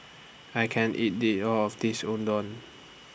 I can't eat They All of This Unadon